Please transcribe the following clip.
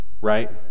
right